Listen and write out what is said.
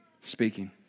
Speaking